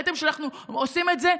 ראיתם שאנחנו עושים זה,